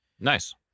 Nice